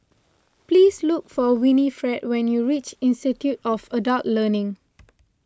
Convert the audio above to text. please look for Winifred when you reach Institute of Adult Learning